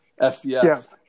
FCS